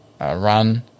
run